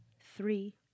three